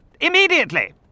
Immediately